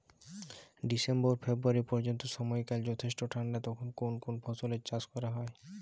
December February পর্যন্ত সময়কাল যথেষ্ট ঠান্ডা তখন কোন কোন ফসলের চাষ করা হয়?